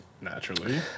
Naturally